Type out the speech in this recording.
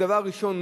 דבר ראשון,